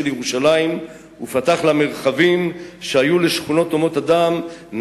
ירושלים ופתח לה מרחבים שהיו לשכונות הומות אדם,